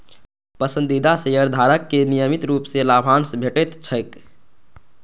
पसंदीदा शेयरधारक कें नियमित रूप सं लाभांश भेटैत छैक